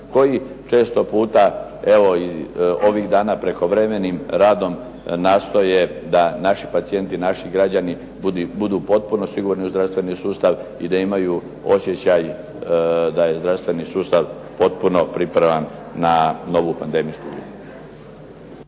koji često puta evo i ovih dana prekovremenim radom nastoje da naši pacijenti, naši građani budu potpuno sigurni u zdravstveni sustav i da imaju osjećaj da je zdravstveni sustav potpuno pripravan na novu pandemijsku